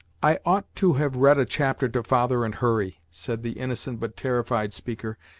i ought to have read a chapter to father and hurry! said the innocent but terrified speaker,